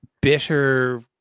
Bitter